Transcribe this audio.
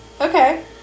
Okay